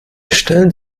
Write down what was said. stellen